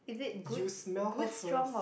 you smell her first